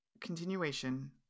Continuation